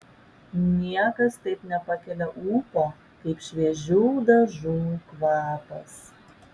niekas taip nepakelia ūpo kaip šviežių dažų kvapas